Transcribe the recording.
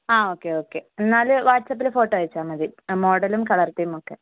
ആ okay okay എന്നാൽ വാട്സപ്പിൽ ഫോട്ടോ അയച്ചാൽ മതി അ മോഡലും കളർ തീമും ഒക്കെ